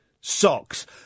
socks